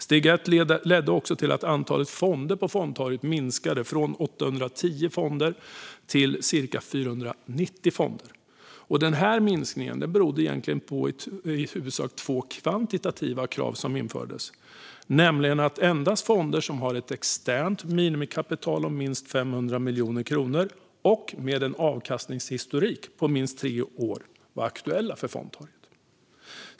Steg ett ledde också till att antalet fonder på fondtorget minskade från 810 till cirka 490 fonder. Den här minskningen berodde i huvudsak på två kvantitativa krav som infördes, nämligen att endast fonder som har ett externt minimikapital om minst 500 miljoner kronor och en avkastningshistorik på minst tre år var aktuella för fondtorget.